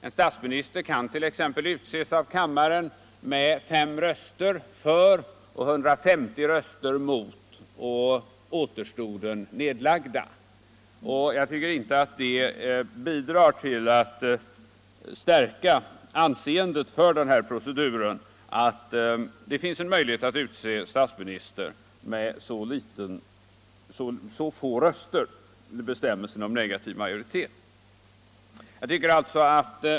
En statsminister kan t.ex. utses av kammaren med 5 röster för, 150 röster mot och åter 19 stoden nedlagda. Jag anser inte att det bidrar till att stärka förtroendet för den här proceduren att det finns en möjlighet att välja statsminister med så få röster genom bestämmelsen om negativ majoritet.